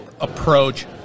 approach